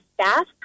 staff